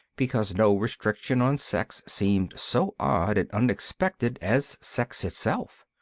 because no restriction on sex seemed so odd and unexpected as sex itself.